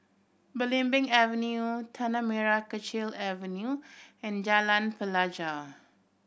Belimbing Avenue Tanah Merah Kechil Avenue and Jalan Pelajau